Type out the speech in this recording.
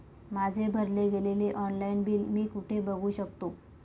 माझे भरले गेलेले ऑनलाईन बिल मी कुठे बघू शकतो?